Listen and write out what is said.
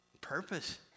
purpose